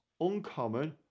uncommon